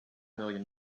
million